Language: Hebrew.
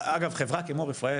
אגב, חברה כמו "רפאל"